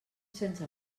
sense